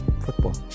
Football